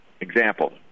Example